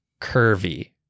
curvy